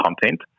content